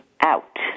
out